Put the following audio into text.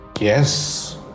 Yes